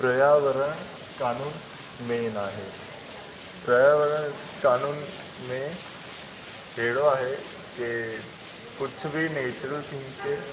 पर्यावरण कानून मेन आहे पर्यावरण कानून में अहिड़ो आहे की कुझु बि नेचूरल थिंकिंग